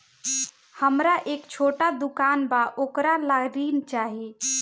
हमरा एक छोटा दुकान बा वोकरा ला ऋण चाही?